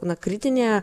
na kritinėje